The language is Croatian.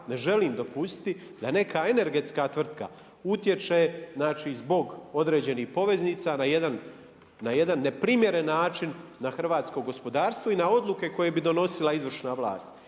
ne želim dopustiti da neka energetska tvrtka utječe znači zbog određenih poveznica na jedan neprimjeren način na hrvatsko gospodarstvo i na odluke koje bi donosila izvršna vlast.